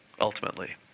ultimately